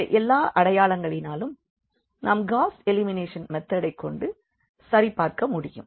இந்த எல்லா அடையாளங்களினாலும் நாம் காஸ் எலிமினேஷன் மெதேடை கொண்டு சரிபார்க்க முடியும்